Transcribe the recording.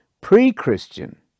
pre-Christian